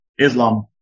Islam